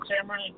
Samurai